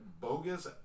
bogus